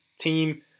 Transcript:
team